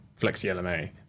flexi-LMA